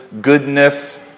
goodness